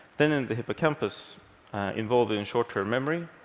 then in the hippocampus involving short-term memory,